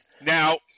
now